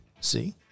See